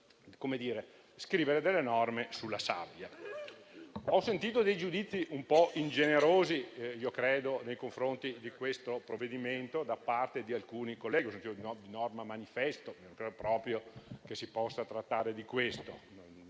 di scrivere norme sulla sabbia. Ho sentito giudizi un po' ingenerosi nei confronti di questo provvedimento da parte di alcuni colleghi. Ho sentito parlare di norma manifesto, ma non penso proprio si possa trattare di questo.